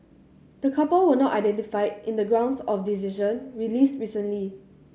the couple were not identified in the grounds of decision released recently